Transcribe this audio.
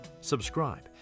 subscribe